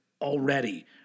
already